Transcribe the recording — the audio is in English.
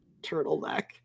turtleneck